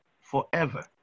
Forever